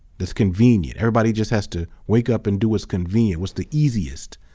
that's convenient, everybody just has to wake up and do what's convenient, what's the easiest,